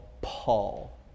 Paul